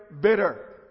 bitter